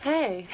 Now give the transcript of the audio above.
Hey